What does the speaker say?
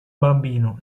bambino